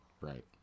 Right